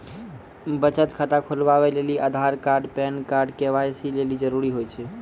बचत खाता खोलबाबै लेली आधार आरू पैन कार्ड के.वाइ.सी लेली जरूरी होय छै